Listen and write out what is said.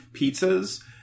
pizzas